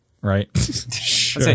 right